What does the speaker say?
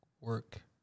work